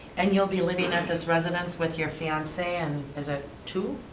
and you'll be living at this residence with your fiance and is it two